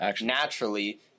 naturally